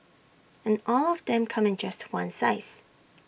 and all of them come in just one size